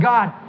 God